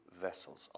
vessels